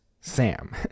Sam